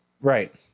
Right